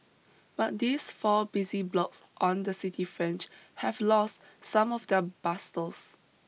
but these four busy blocks on the city fringe have lost some of their bustles